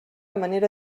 manera